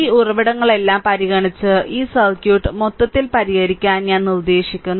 ഈ ഉറവിടങ്ങളെല്ലാം പരിഗണിച്ച് ഈ സർക്യൂട്ട് മൊത്തത്തിൽ പരിഹരിക്കാൻ ഞാൻ നിർദ്ദേശിക്കുന്നു